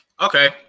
okay